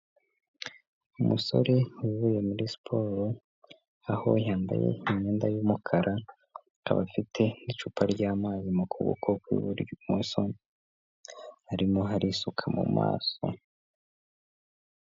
Umusore uvuye muri siporo aho yambaye imyenda y'umukara, akaba afite n'icupa ryamazi mu kuboko kw'ibumoso arimo asukaho mu maso.